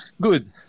Good